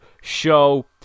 show